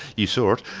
you saw it,